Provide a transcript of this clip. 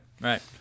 right